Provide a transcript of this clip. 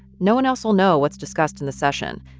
no one else will know what's discussed in the session.